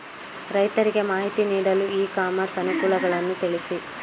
ರೈತರಿಗೆ ಮಾಹಿತಿ ನೀಡಲು ಇ ಕಾಮರ್ಸ್ ಅನುಕೂಲಗಳನ್ನು ತಿಳಿಸಿ?